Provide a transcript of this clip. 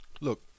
look